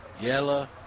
yellow